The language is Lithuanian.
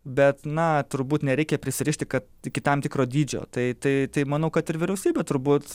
bet na turbūt nereikia prisirišti iki tam tikro dydžio tai tai tai manau kad ir vyriausybė turbūt